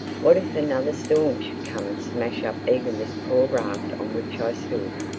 what if another storm should come and smash up even this poor raft on which i stood?